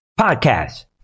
podcast